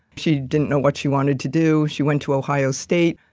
she didn't know what she wanted to do. she went to ohio state.